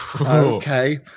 okay